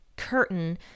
curtain